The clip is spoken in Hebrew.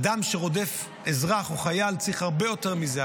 אדם שרודף אזרח או חייל צריך הרבה יותר מזה,